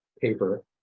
paper